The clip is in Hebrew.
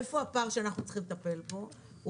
איפה הפער שאנחנו צריכים לטפל בו?